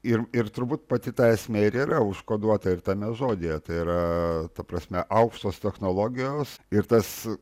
ir ir turbūt pati ta esmė ir yra užkoduota ir tame žodyje tai yra ta prasme aukštos technologijos ir tas